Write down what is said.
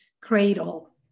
cradle